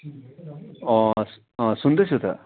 सुन्दै छु त